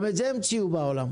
גם את זה המציאו בעולם.